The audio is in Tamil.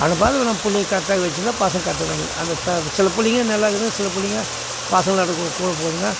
அனுப்பாது நம் புள்ளைங்களை கரெக்டாக வெச்சுருந்தா பசங்கள் கரெக்டாக தான் இருக்குது அந்த த சில பிள்ளைங்க நல்லா இருக்குது சில பிள்ளைங்க பசங்களோடு கூ கூட போகுதுங்க